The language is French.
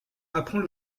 apprend